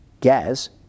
gas